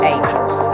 Angels